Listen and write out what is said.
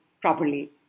properly